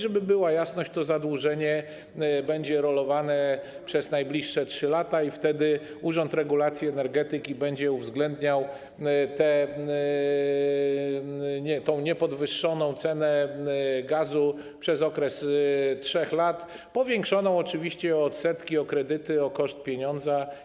Żeby była jasność, to zadłużenie będzie rolowane przez najbliższe 3 lata i wtedy Urząd Regulacji Energetyki będzie uwzględniał niepodwyższoną cenę gazu przez okres 3 lat, powiększoną oczywiście o odsetki, o kredyty, o koszt pieniądza.